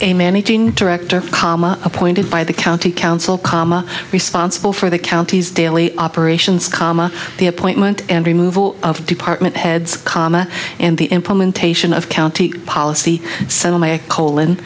managing director comma appointed by the county council comma responsible for the counties daily operations comma the appointment and removal of the department heads comma and the implementation of county policy so my colon